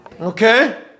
Okay